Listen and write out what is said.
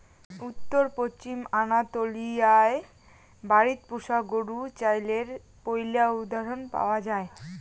উত্তর পশ্চিম আনাতোলিয়ায় বাড়িত পোষা গরু চইলের পৈলা উদাহরণ পাওয়া যায়